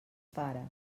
pare